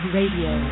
Radio